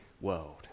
world